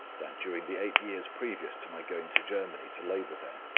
that during the eight years previous to my going to germany to labour there,